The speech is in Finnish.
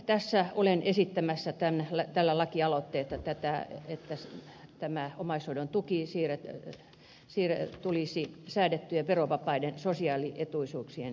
niinpä olen esittämässä tällä lakialoitteella että tämä omaishoidon tuki tulisi säädettyjen verovapaiden sosiaalietuisuuksien joukkoon